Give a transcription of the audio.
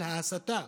על ההסתה